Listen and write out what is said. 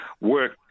work